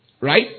Right